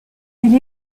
elle